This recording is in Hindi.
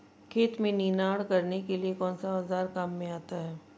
खेत में निनाण करने के लिए कौनसा औज़ार काम में आता है?